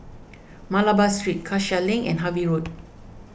Malabar Street Cassia Link and Harvey Road